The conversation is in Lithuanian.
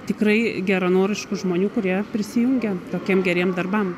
tikrai geranoriškų žmonių kurie prisijungia tokiem geriem darbam